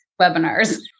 webinars